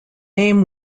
aim